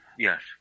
Yes